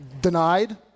Denied